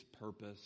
purpose